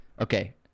Okay